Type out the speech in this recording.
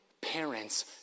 Parents